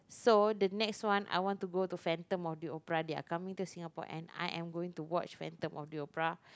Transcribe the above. so the next one I want to Phantom-of-the-Opera they are coming to Singapore and I'm going to watch Phantom-of-the-Opera